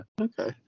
okay